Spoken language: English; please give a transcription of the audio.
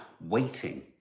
waiting